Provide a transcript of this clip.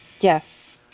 Yes